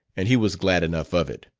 and he was glad enough of it.